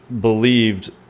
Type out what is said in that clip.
believed